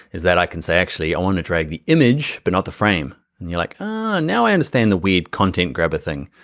is that i can say actually i wanna drag the image, but not the frame. and you're like ah now i understand the weird content grabber thing.